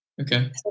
Okay